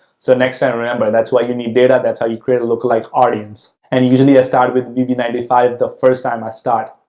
so next time, remember that's why you need data, that's how you create a lookalike audience. and usually, i started with vv ninety five the first time i start.